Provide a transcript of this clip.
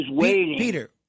Peter